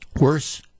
worse